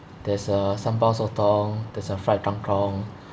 there's a sambal sotong there's a fried kangkong